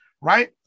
Right